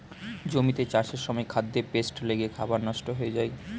জমিতে চাষের সময় খাদ্যে পেস্ট লেগে খাবার নষ্ট হয়ে যায়